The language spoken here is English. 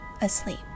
asleep